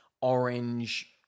orange